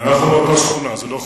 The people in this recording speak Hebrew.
בבית, אנחנו מאותה שכונה, זו לא חוכמה.